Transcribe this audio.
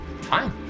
fine